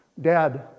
Dad